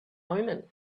omen